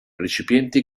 recipienti